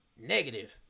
negative